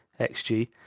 xG